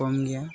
ᱠᱚᱢ ᱜᱮᱭᱟ